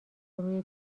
روی